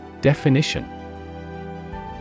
Definition